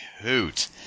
hoot